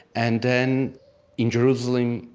and then in jerusalem,